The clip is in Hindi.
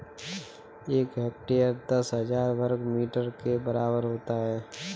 एक हेक्टेयर दस हजार वर्ग मीटर के बराबर होता है